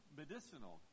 medicinal